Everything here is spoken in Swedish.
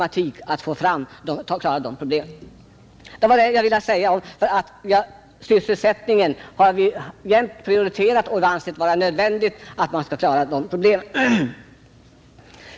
Jag har velat anföra detta för att understryka att vi alltid har prioriterat sysselsättningen.